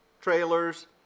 trailers